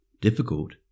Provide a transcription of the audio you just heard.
Difficult